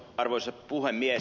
arvoisa puhemies